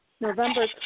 November